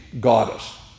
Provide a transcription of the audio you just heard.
goddess